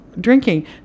drinking